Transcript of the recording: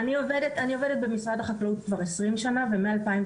אני עובדת במשרד החקלאות כבר 20 שנה ומשנת